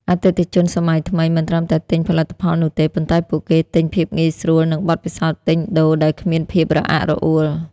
អតិថិជនសម័យថ្មីមិនត្រឹមតែទិញផលិតផលនោះទេ ប៉ុន្តែពួកគេទិញ ភាពងាយស្រួល និងបទពិសោធន៍ទិញដូរដែលគ្មានភាពរអាក់រអួល។